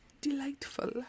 delightful